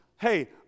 hey